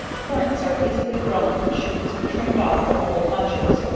currants, are easily grown from shoots trimmed off from old bunches,